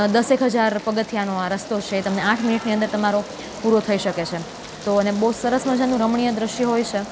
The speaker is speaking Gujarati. દસેક હજાર પગથિયાનો આ રસ્તો છે તમને આઠ મિનિટની અંદર તમારો પૂરો થઈ શકે છે તો અને બહું સરસ મજાનું રમણીય દ્રશ્ય હોય છે